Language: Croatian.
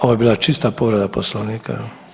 Ovo je bila čista povreda Poslovnika.